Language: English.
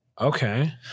Okay